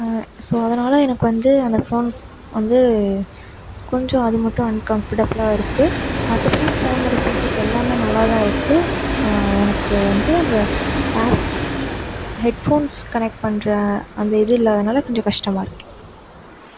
so அதனால் எனக்கு வந்து அந்த ஃபோன் வந்து கொஞ்சம் அது மட்டும் அன்கம்ஃபர்ட்டபுளாக இருக்கு மற்றபடி ஃபோனோட பியூச்சர்ஸ் எல்லாமே நல்லாத்தான் இருக்கு எனக்கு வந்து அந்த ஏர் ஹெட்ஃபோன்ஸ் கனெக்ட் பண்ணுற அந்த இது இல்லாததுனால் கொஞ்சம் கஷ்டமாக இருக்கு